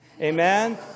Amen